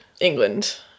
England